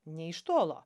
nė iš tolo